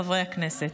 חברי הכנסת.